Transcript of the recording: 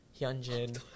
Hyunjin